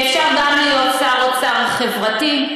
שאפשר גם להיות שר אוצר חברתי,